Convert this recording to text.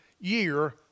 year